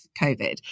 COVID